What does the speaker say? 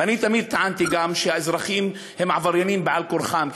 ואני תמיד טענתי גם שהאזרחים הם עבריינים בעל-כורחם,